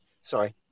sorry